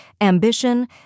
ambition